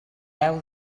heu